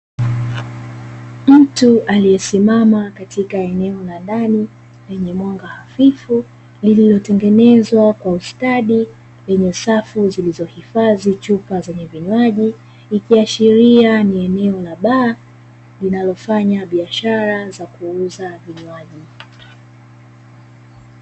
Mtu aliyesimama katika eneo la ndani lenye mwanga hafifu lililotengenezwa kwa ustadi, lenye safu zilizohifadhi chupa zenye vinywaji ikiashiria ni eneo la baa, linalofanya biashara ya kuuza vinywaji.